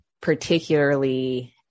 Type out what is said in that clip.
particularly